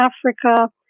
Africa